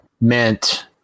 meant